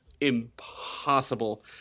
impossible